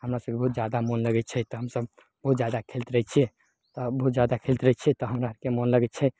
हमरा सभके बहुत जादा मोन लगय छै तऽ हमसभ बहुत जादा खेलैत रहय छियै आओर बहुत जादा खेलैत रहय छियै तऽ हमराके मोन लगय छै